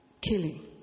killing